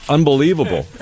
Unbelievable